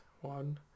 one